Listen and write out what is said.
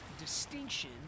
distinction